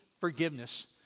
forgiveness